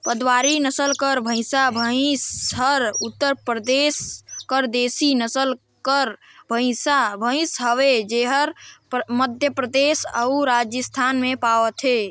भदवारी नसल कर भंइसा भंइस हर उत्तर परदेस कर देसी नसल कर भंइस हवे जेहर मध्यपरदेस अउ राजिस्थान में पवाथे